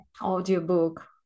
audiobook